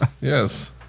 Yes